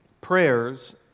prayers